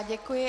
Děkuji.